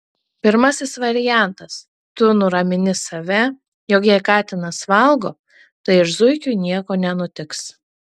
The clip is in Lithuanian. pirmasis variantas tu nuramini save jog jei katinas valgo tai ir zuikiui nieko nenutiks